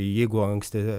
jeigu anksti